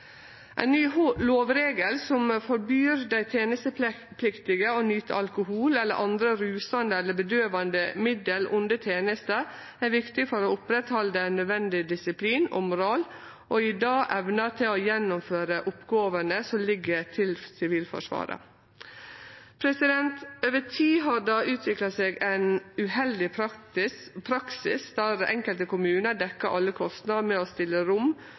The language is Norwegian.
Ein ny lovregel som forbyr dei tenestepliktige å nyte alkohol eller andre rusande eller bedøvande middel under teneste, er viktig for å oppretthalde nødvendig disiplin og moral og gjennom det evne å gjennomføre oppgåvene som ligg til Sivilforsvaret. Over tid har det utvikla seg ein uheldig praksis der enkelte kommunar dekkjer alle kostnader med å stille rom